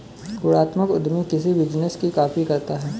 गुणात्मक उद्यमी किसी बिजनेस की कॉपी करता है